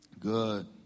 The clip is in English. good